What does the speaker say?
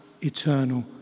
eternal